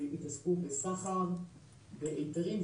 שהתעסקו בסחר בהיתרים.